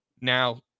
Now